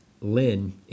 Lynn